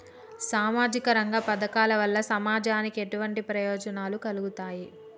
సామాజిక రంగ పథకాల వల్ల సమాజానికి ఎటువంటి ప్రయోజనాలు కలుగుతాయి?